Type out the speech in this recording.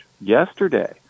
yesterday